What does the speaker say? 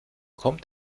kommt